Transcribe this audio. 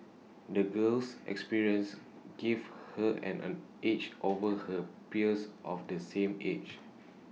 the girl's experiences gave her and an edge over her peers of the same age